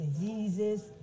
diseases